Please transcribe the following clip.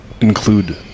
Include